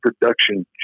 production